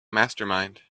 mastermind